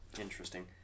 Interesting